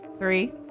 Three